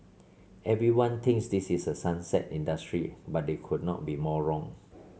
everyone thinks this is a sunset industry but they could not be more wrong